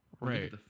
Right